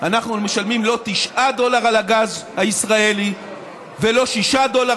אנחנו משלמים לא 9 דולר על הגז הישראלי ולא 6 דולר,